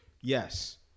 yes